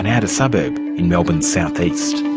and and suburb in melbourne's south-east.